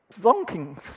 zonking